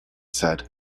said